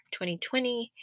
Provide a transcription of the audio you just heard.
2020